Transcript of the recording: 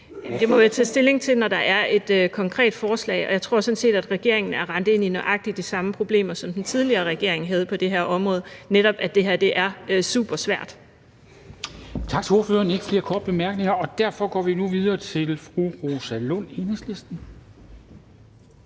Det må jeg tage stilling til, når der er et konkret forslag, og jeg tror sådan set, at regeringen er rendt ind i nøjagtig de samme problemer, som den tidligere regering havde på det her område, nemlig at det her er supersvært. Kl. 17:01 Formanden (Henrik Dam Kristensen): Tak til ordføreren. Der er ikke flere korte bemærkninger, og derfor går vi nu videre til fru Rosa Lund, Enhedslisten.